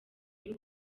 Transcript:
y’u